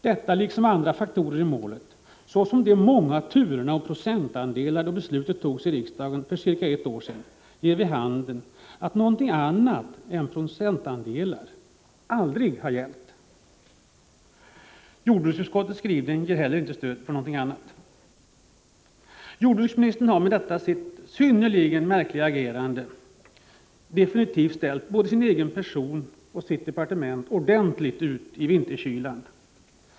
Detta liksom andra fakta i målet, såsom de många turerna om procentandelar när beslutet för cirka ett år sedan fattades i riksdagen, ger vid handen att någonting annat än procentandelar aldrig har gällt. Jordbruksutskottets skrivning ger heller inte stöd för någonting annat. Jordbruksministern har med detta sitt synnerligen märkliga agerande definitivt ställt både sin egen person och sitt departement ordentligt ut i vinterkylan.